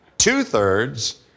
Two-thirds